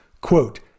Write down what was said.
quote